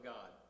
God